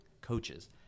coaches